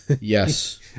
Yes